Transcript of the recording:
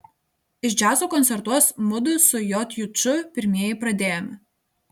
ir džiazo koncertus mudu su j juču pirmieji pradėjome